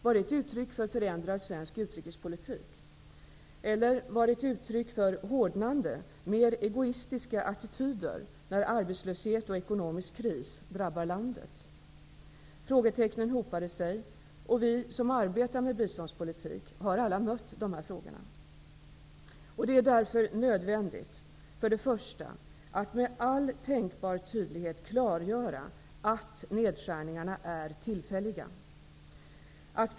Var de ett uttryck för förändrad svensk utrikespolitik? Var de ett uttryck för hårdnande, mer egoistiska attityder när arbetslöshet och ekonomisk kris drabbar landet? Frågetecknen hopade sig och vi som arbetar med biståndspolitik, har alla mött de här frågorna. Därför är det för det första nödvändigt att med all tänkbar tydlighet klargöra att nedskärningarna är tillfälliga.